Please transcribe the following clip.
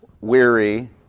weary